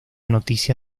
noticia